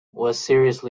wounded